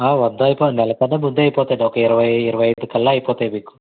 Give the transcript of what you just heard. నెల కన్నా ముందే ఒక ఇరవై ఇరవై ఐదు కల్లా అయిపోతాయి మీకు